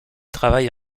travaille